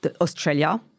Australia